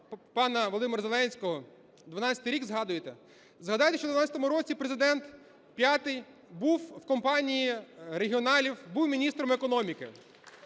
пана Володимира Зеленського, 2012 рік згадуйте. Згадайте, що в 2012 році Президент п'ятий був в компанії "регіоналів", був міністром економіки,